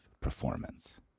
performance